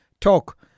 Talk